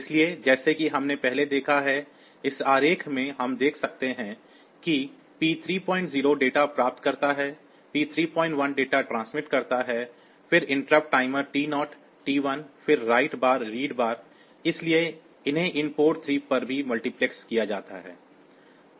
इसलिए जैसा कि हमने पहले देखा है इस आरेख में हम देख सकते हैं कि P30 डेटा प्राप्त करता है P31 डेटा ट्रांसमिट करता है फिर इंटरप्ट टाइमर्स T0 T1 फिर राइट बार रीड बार इसलिए उन्हें इन पोर्ट 3 पर भी मल्टीप्लेक्स किया जाता है